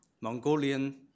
Mongolian